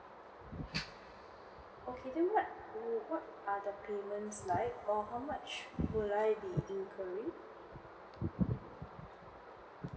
okay then what what are the payments like or how much will I be incurring